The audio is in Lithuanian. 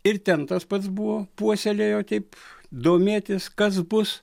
ir ten tas pats buvo puoselėjo taip domėtis kas bus